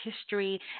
history